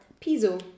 Piso